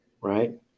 right